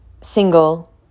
single